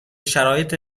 شرایط